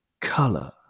color